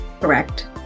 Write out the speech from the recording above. Correct